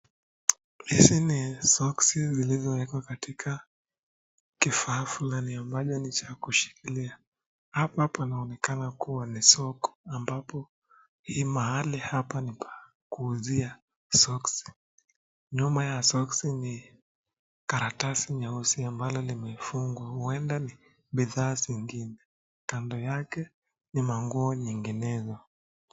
Hizi ni soksi zilizowekwa katika kifaa fulani ambacho ni cha kushikilia, hapa panaonekana kuwa ni soko ambapo hii mahali hapa ni pa kuuzia soksi nyuma ya soksi ni karatasi nyeusi ambalo limefungwa huenda ni bithaa zingine ,kando yake ni manguo nyinginezo.